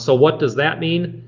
so what does that mean?